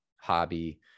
hobby